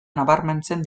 nabarmentzen